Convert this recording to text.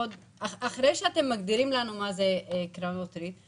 אחרי שאתם מגדירים לנו מה הן קרנות ריט,